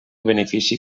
benefici